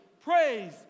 praise